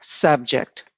subject